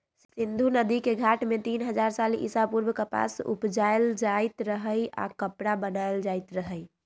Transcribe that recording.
सिंधु नदिके घाट में तीन हजार साल ईसा पूर्व कपास उपजायल जाइत रहै आऽ कपरा बनाएल जाइत रहै